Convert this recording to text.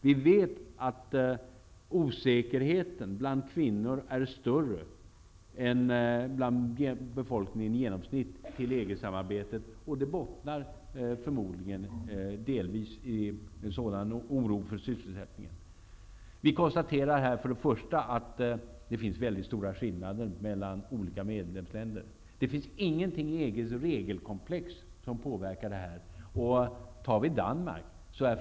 Vi vet att osäkerheten bland kvinnorna när det gäller EG-samarbetet är större än hos befolkningen i övrigt. Det bottnar förmodligen delvis i en oro för sysselsättningen. Vi kan konstatera att det finns mycket stora skillnader mellan olika medlemsländer. Det finns ingenting i EG:s regelkomplex som påverkar denna fråga.